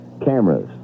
cameras